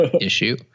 issue